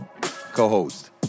co-host